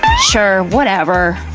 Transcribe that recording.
sure, whatever,